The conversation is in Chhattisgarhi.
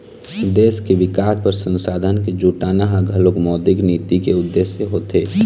देश के बिकास बर संसाधन के जुटाना ह घलोक मौद्रिक नीति के उद्देश्य होथे